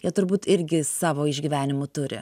jie turbūt irgi savo išgyvenimų turi